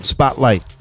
Spotlight